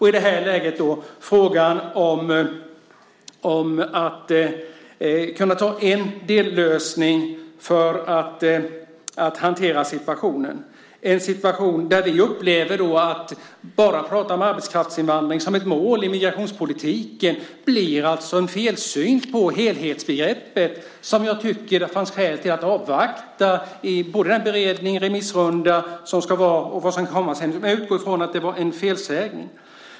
I det här läget är det fråga om att kunna ta en dellösning för att hantera situationen. Det är en situation där vi upplever att bara prat om arbetskraftsinvandring som ett mål i migrationspolitiken blir en felsyn när det gäller helheten. Jag tycker att det fanns skäl till att avvakta både den beredning, den remissrunda som ska vara och vad som ska komma sedan. Jag utgår från att det var en felsägning.